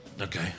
Okay